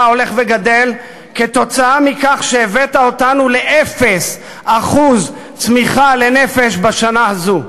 ההולך וגדל עקב כך שהבאת אותנו ל-0% צמיחה לנפש בשנה הזאת?